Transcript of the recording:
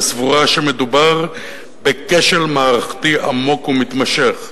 וסבורה שמדובר בכשל מערכתי עמוק ומתמשך.